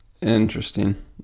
interesting